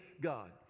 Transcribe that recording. God